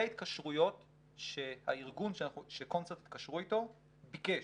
והתקשרויות שארגון 'קונצרט' התקשרו איתו ביקש,